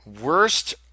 worst